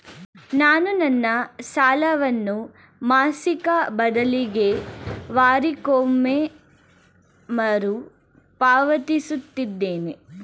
ನಾನು ನನ್ನ ಸಾಲವನ್ನು ಮಾಸಿಕ ಬದಲಿಗೆ ವಾರಕ್ಕೊಮ್ಮೆ ಮರುಪಾವತಿಸುತ್ತಿದ್ದೇನೆ